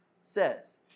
says